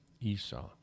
Esau